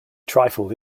trifle